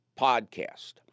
podcast